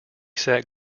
sat